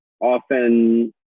often